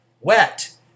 wet